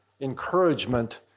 encouragement